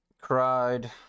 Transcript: cried